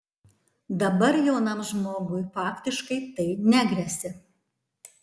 dabar jaunam žmogui faktiškai tai negresia